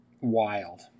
Wild